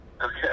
Okay